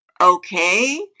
okay